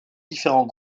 différents